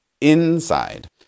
inside